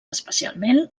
especialment